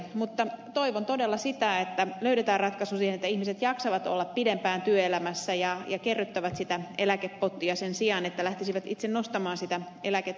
mutta toivon todella sitä että löydetään ratkaisu siihen että ihmiset jaksavat olla pidempään työelämässä ja kerryttävät sitä eläkepottia sen sijaan että lähtisivät itse nostamaan sitä eläkettä